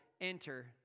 enter